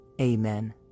amen